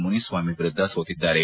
ಮುನಿಸ್ವಾಮಿ ವಿರುದ್ಧ ಸೋತಿದ್ದಾರೆ